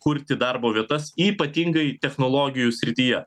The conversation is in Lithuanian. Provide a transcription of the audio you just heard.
kurti darbo vietas ypatingai technologijų srityje